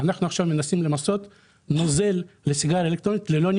מסוכן לבריאות,